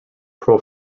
pro